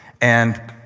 and